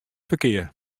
ferkear